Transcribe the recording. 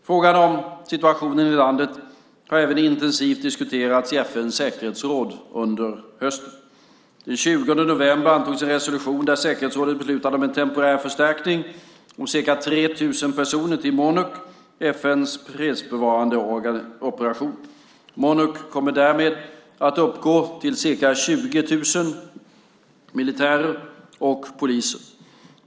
Frågan om situationen i landet har även intensivt diskuterats i FN:s säkerhetsråd under hösten. Den 20 november antogs en resolution där säkerhetsrådet beslutade om en temporär förstärkning om ca 3 000 personer till Monuc, FN:s fredsbevarandeoperation. Monuc kommer därigenom att uppgå till ca 20 000 militärer och poliser.